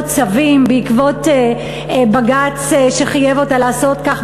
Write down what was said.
צווים בעקבות בג"ץ שחייב אותה לעשות כך,